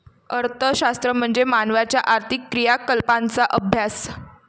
अर्थशास्त्र म्हणजे मानवाच्या आर्थिक क्रियाकलापांचा अभ्यास